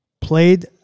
Played